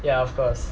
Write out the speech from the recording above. ya of course